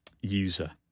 user